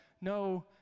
no